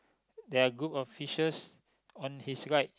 there're a group of fishes on his right